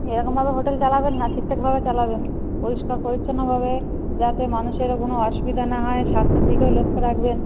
এরকমভাবে হোটেল চালাবেন না ঠিকঠাকভাবে চালাবেন পরিষ্কার পরিচ্ছন্নভাবে যাতে মানুষেরও কোনো অসুবিধা না হয় স্বাস্থ্যের দিকেও লক্ষ্য রাখবেন